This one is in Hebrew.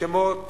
שמות